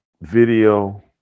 video